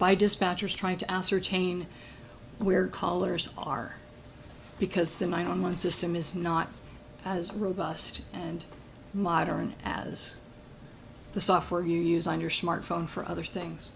by dispatchers trying to ascertain where callers are because the one on one system is not as robust and modern as the software you use on your smart phone for other things